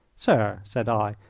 sir, said i,